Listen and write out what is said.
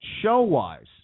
show-wise